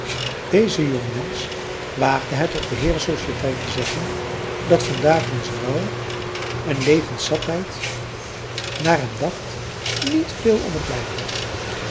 deze jongemensch waagde het op de heerensociëteit te zeggen dat van daveren's rouw en levenszatheid naar hem dacht niet veel om t lijf had